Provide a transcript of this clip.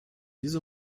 diese